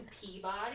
peabody